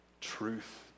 truth